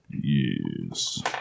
Yes